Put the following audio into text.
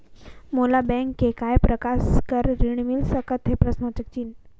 मोला बैंक से काय प्रकार कर ऋण मिल सकथे?